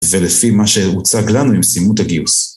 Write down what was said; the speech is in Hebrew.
ולפי מה שהוצג לנו הם סיימו את הגיוס.